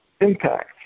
impact